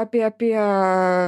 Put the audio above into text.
apie apie